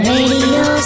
Radio